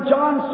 John